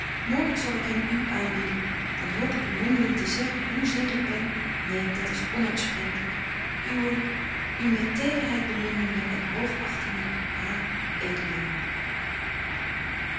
morgen zal ik hem u aanbieden dan hoop ik u mondeling te zeggen hoe zeer ik ben neen dat is onuitspreeklyk uwe u met tederheid beminnende en